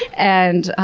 and,